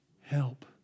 help